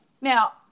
Now